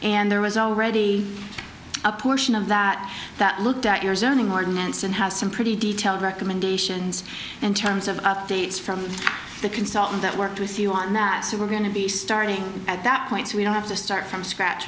and there was already a portion of that that looked at your zoning ordinance and have some pretty detailed recommendations in terms of updates from the consultant that worked with you on that so we're going to be starting at that point so we don't have to start from scratch